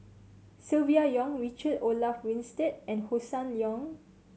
Silvia Yong Richard Olaf Winstedt and Hossan Leong